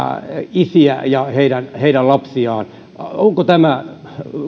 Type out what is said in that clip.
isiä ja heidän heidän lapsiaan onko tämä